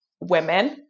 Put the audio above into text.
women